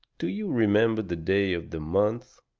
do you remember the day of the month?